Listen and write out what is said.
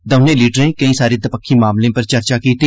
दौनें लीडरें केईं सारे दपक्खी मामलें पर चर्चा कीती